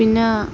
പിന്നാ